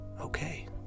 Okay